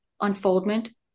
unfoldment